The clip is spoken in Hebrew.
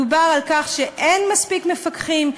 דובר על כך שאין מספיק מפקחים.